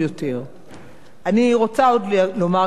אני רוצה לומר כאן ואני חוזרת לתחילה,